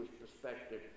perspective